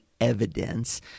evidence